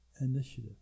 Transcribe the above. initiative